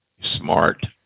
smart